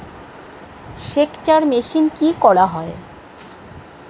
সেকচার মেশিন কি করা হয়?